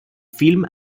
film